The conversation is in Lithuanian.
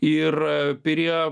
ir prie